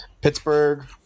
Pittsburgh